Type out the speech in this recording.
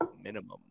Minimum